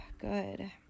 good